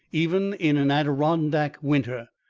even in an adirondack winter.